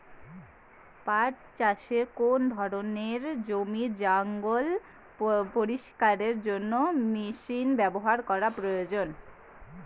পাট চাষে কোন ধরনের জমির জঞ্জাল পরিষ্কারের জন্য মেশিন ব্যবহার করা প্রয়োজন?